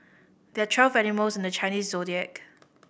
there're twelve animals in the Chinese Zodiac